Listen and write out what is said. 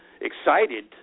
excited